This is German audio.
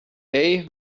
day